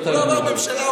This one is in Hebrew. הוא לא עבר ממשלה,